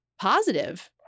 positive